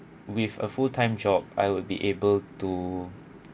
with a full time job I would be able to